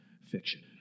fiction